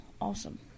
awesome